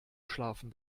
schlafen